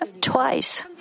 twice